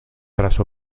tras